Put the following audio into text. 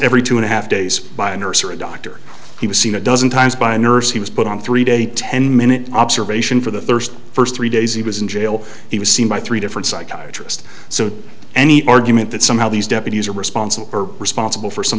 every two and a half days by a nurse or a doctor he was seen a dozen times by a nurse he was put on three day ten minute observation for the first first three days he was in jail he was seen by three different psychometrist so any argument that somehow these deputies are responsible or responsible for some